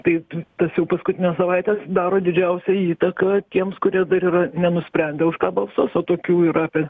taip tas jau paskutinės savaitės daro didžiausią įtaką tiems kurie dar yra nenusprendę už ką balsuos o tokių yra apie